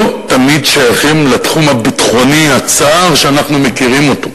תמיד שייכים לתחום הביטחוני הצר שאנחנו מכירים אותו.